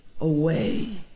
away